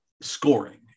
scoring